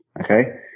okay